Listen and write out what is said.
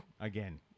again